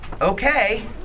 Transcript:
okay